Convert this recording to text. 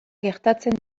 gertatzen